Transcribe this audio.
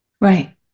Right